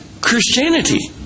Christianity